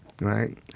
Right